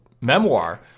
memoir